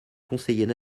conseillers